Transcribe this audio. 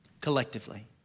collectively